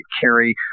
carry